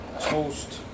toast